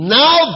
now